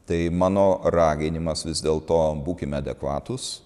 tai mano raginimas vis dėlto būkime adekvatūs